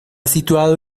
situado